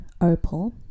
opal